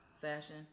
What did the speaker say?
fashion